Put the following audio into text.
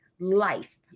life